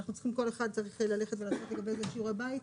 אנחנו צריכים כל אחד צריך ללכת ולעשות לגבי זה שיעורי בית,